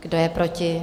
Kdo je proti?